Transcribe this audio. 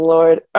Lord